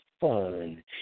fun